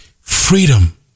Freedom